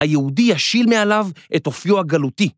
היהודי ישיל מעליו את אופיו הגלותי.